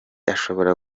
ashobora